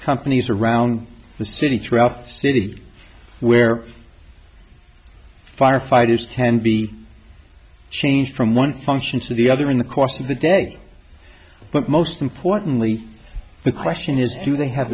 companies around the city throughout the city where firefighters tend be changed from one function to the other in the course of the day but most importantly the question is do they have